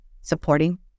supporting